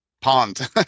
pond